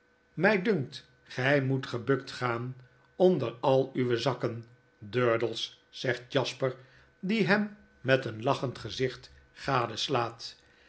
mij dunkt gij moet gebukt gaan onder al uwe zakken durdels zegt jasper die hem met een lachend gezicht